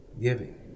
giving